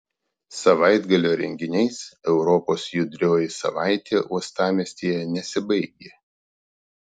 savaitgalio renginiais europos judrioji savaitė uostamiestyje nesibaigė